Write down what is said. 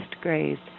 grazed